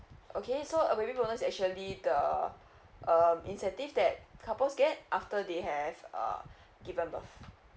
okay so uh baby bonus actually the um incentive that couples get after they have uh given birth